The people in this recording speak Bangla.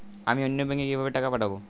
আমি অন্য ব্যাংকে কিভাবে টাকা পাঠাব?